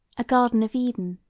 a garden of eden,